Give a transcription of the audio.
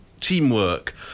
teamwork